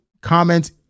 Comment